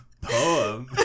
poem